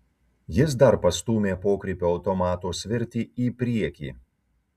jis dar pastūmė pokrypio automato svirtį į priekį